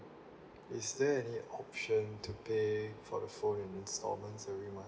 is there any option to pay for the phone in installments every month